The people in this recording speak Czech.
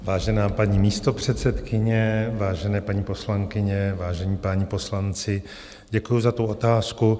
Vážená paní místopředsedkyně, vážené paní poslankyně, vážení páni poslanci, děkuju za otázku.